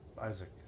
Isaac